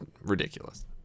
ridiculous